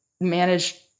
manage